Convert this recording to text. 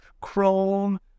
chrome